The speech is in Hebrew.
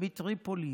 מטריפולי,